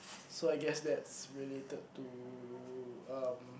so I guess that's related to um